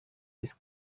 this